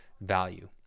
value